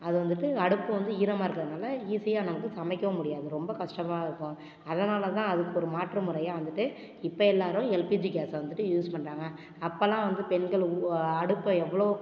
அது வந்துட்டு அடுப்பு வந்து ஈரமாக இருக்கிறதுனால ஈஸியாக நமக்கு சமைக்கவும் முடியாது ரொம்ப கஷ்டமாக இருக்கும் அதனால் தான் அதுக்கு ஒரு மாற்று முறையாக வந்துட்டு இப்போ எல்லோரும் எல்பிஜி கேஸை வந்துட்டு யூஸ் பண்ணுறாங்க அப்போல்லாம் வந்து பெண்கள் அடுப்பை எவ்வளோ